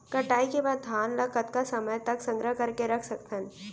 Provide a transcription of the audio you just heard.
कटाई के बाद धान ला कतका समय तक संग्रह करके रख सकथन?